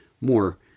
more